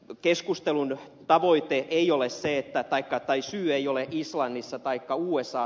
tämän keskustelun aloite ei ole se että paikka syy ei ole islannissa taikka usassa